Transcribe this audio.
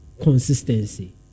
consistency